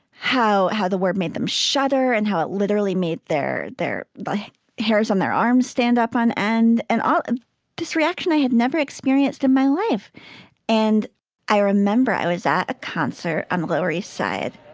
how how the word made them shudder and how it literally made their their but hairs on their arms stand up on end and all this reaction i had never experienced in my life and i remember i was at a concert on the lower east side